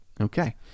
Okay